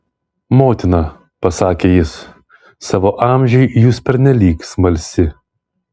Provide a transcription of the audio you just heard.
motina pasakė jis savo amžiui jūs pernelyg smalsi